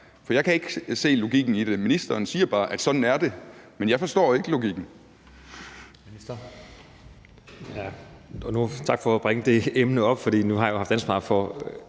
For jeg kan ikke se logikken i det. Ministeren siger bare, at sådan er det – men jeg forstår ikke logikken.